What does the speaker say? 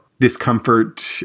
discomfort